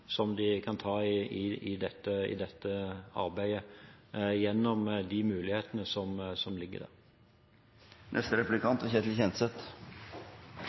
som de kan ta i dette arbeidet, gjennom de mulighetene som ligger der. Jeg takker statsråden for innlegget. Det er